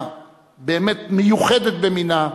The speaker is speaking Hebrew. הבאמת-מיוחדת במינה,